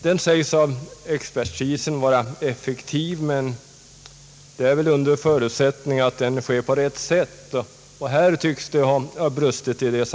Den sägs av expertisen vara effektiv, men det är väl under förutsättning att den sker på rätt sätt, och härvidlag tycks det ha brustit.